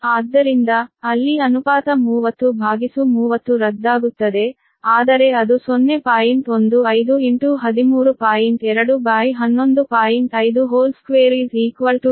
ಆದ್ದರಿಂದ ಅಲ್ಲಿ ಅನುಪಾತ 3030 ರದ್ದಾಗುತ್ತದೆ ಆದರೆ ಅದು 0